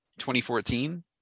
2014